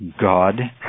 God